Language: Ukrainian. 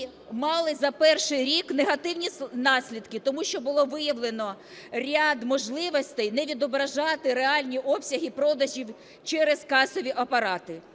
мали за перший рік негативні наслідки, тому що було виявлено ряд можливостей не відображати реальні обсяги продажів через касові апарати.